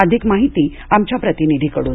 अधिक माहिती आमच्या प्रतिनिधीकडून